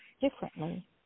differently